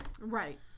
Right